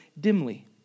dimly